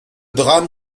drame